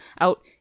out